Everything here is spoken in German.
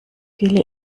viele